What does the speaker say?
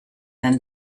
then